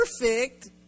perfect